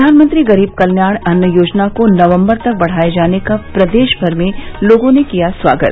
प्रधानमंत्री गरीब कल्याण अन्न योजना को नवम्बर तक बढ़ाये जाने का प्रदेश भर में लोगों ने किया स्वागत